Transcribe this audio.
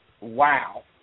wow